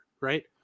right